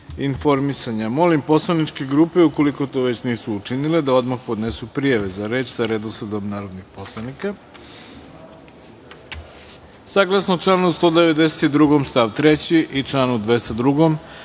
informisanja. Molim poslaničke grupe, ukoliko to nisu učinile da odmah podnesu prijave za reč sa redosledom narodnih poslanika. Saglasno članu 192. stav 3. i članu 202,